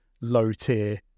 low-tier